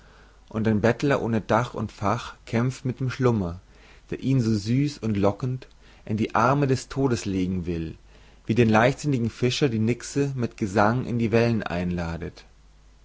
und ein bettler ohne dach und fach kämpft mit dem schlummer der ihn so süß und lockend in die arme des todes legen will wie den leichtsinnigen fischer die nixe mit gesang in die wellen einladet